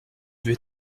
veux